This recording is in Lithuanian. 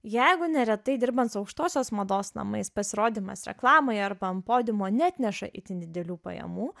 jeigu neretai dirbant su aukštosios mados namais pasirodymas reklamoje arba ant podiumo neatneša itin didelių pajamų